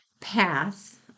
path